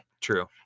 True